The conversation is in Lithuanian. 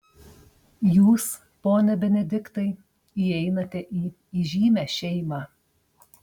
jūs pone benediktai įeinate į įžymią šeimą